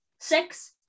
six